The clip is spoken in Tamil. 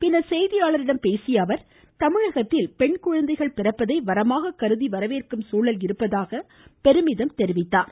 பின்னர் செய்தியாளர்களிடம் பேசிய அவர் தமிழகத்தில் பெண்குழந்தைகள் பிறப்பதை வரமாக கருதி வரவேற்கும் சூழல் இருப்பதாக சுட்டிக்காட்டினார்